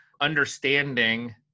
understanding